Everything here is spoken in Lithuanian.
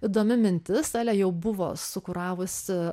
įdomi mintis elė jau buvo sukuravusi